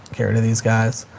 care to these guys.